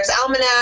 Almanac